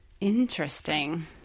Interesting